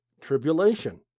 tribulation